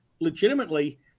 legitimately